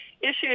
issues